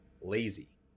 Lazy